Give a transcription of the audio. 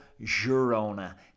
Girona